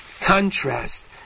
contrast